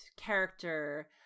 character